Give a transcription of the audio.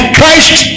Christ